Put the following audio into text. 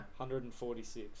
146